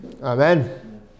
Amen